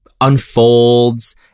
unfolds